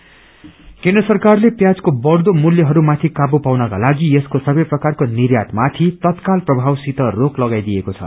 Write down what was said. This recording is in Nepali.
ओनियन प्राइस केन्द्र सरकारले प्याजको बढ़दो मूल्यहरूमाथि काबु पाउनका लागि यसको सबै प्रकारको निर्यातमाथि तत्काल प्रभावसित रोक लगाइदिएको छ